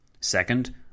Second